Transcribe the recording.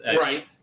Right